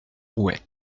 rouet